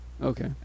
Okay